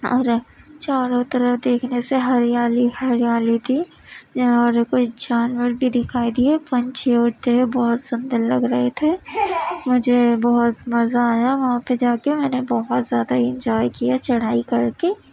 اور چاروں طرف دیکھنے سے ہریالی ہریالی تھی یہاں کچھ جانور بھی دکھائی دیے پنچھی اڑتے ہوئے بہت سندر لگ رہے تھے مجھے بہت مزہ آیا وہاں پہ جا کے میں نے بہت زیادہ انجوائے کیا چڑھائی کر کے